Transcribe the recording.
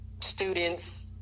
students